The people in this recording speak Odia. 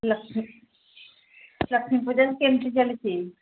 ଲକ୍ଷ୍ମୀ ଲକ୍ଷ୍ମୀ ପୂଜା କେମିତି ଚାଲିଛି